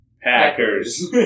Packers